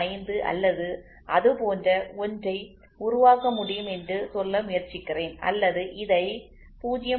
05 அல்லது அதுபோன்ற ஒன்றை உருவாக்க முடியும் என்று சொல்ல முயற்சிக்கிறேன் அல்லது இதை 0